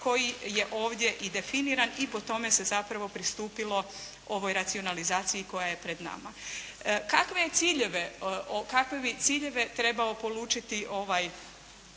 koji je ovdje i definiran i po tome se zapravo pristupilo ovoj racionalizaciji koja je pred nama. Kakve bi ciljeve trebao polučiti ovaj,